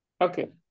Okay